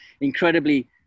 incredibly